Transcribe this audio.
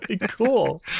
cool